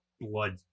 Blood